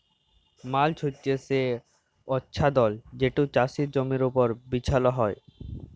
mulch হছে সে আচ্ছাদল যেট চাষের জমির উপর বিছাল হ্যয়